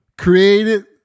created